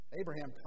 Abraham